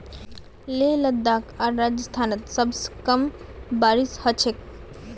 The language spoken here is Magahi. लेह लद्दाख आर राजस्थानत सबस कम बारिश ह छेक